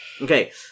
Okay